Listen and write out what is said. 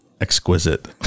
exquisite